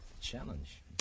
Challenge